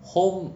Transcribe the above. home